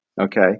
Okay